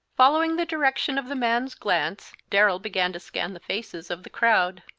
following the direction of the man's glance, darrell began to scan the faces of the crowd.